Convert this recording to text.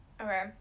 Okay